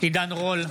עידן רול,